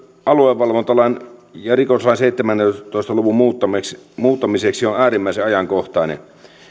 aluevalvontalain ja rikoslain seitsemäntoista luvun muuttamisesta on äärimmäisen ajankohtainen